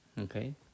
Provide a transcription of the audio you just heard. okay